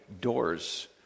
doors